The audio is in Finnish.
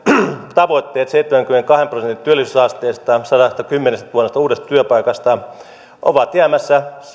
tavoitteet seitsemänkymmenenkahden prosentin työllisyysasteesta ja sadastakymmenestätuhannesta uudesta työpaikasta ovat jäämässä